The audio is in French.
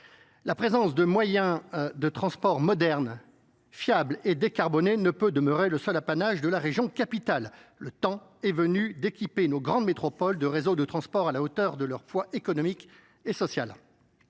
La présence de moyens de transport modernes fiable et décarboné ne peut demeurer le seul apanage de la région capitale. Le temps est venu d'équiper nos grandes métropoles de réseaux de transports à la hauteur de leur poids économique et social.